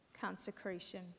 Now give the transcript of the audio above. Consecration